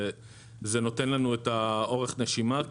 זה נותן לנו את אורך הנשימה.